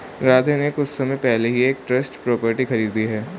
राधे ने कुछ समय पहले ही एक ट्रस्ट प्रॉपर्टी खरीदी है